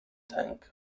tank